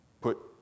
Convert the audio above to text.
put